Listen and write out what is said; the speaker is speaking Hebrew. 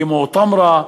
כמו תמרה,